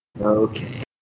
Okay